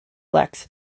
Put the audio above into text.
lex